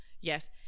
yes